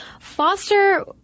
foster